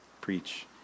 preach